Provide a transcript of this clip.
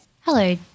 Hello